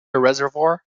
reservoir